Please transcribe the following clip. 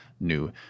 new